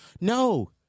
No